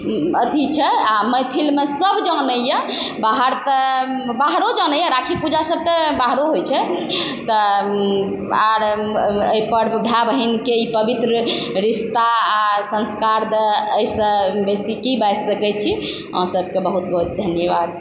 अथी छै आओर मैथिलमे सब जानैए बाहर तऽ बाहरो जनैए राखी पूजा तऽ बाहरो होइ छै तऽ ई आओर भाय बहिनके ई पवित्र रिश्ता आ संस्कार तऽ अहिसँ बेसी कि बाजि सकै छी अहाँ सबके बहुत बहुत धन्यवाद